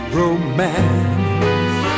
romance